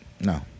No